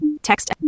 Text